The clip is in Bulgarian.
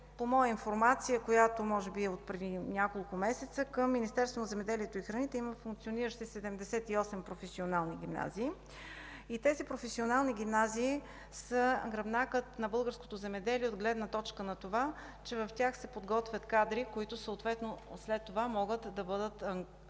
По моя информация, която е може би отпреди няколко месеца, към Министерството на земеделието и храните има функциониращи 78 професионални гимназии. Те са гръбнакът на българското земеделие от гледна точка на това, че в тях се подготвят кадри, които след това могат активно да бъдат ангажирани